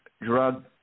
drug